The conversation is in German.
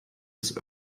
des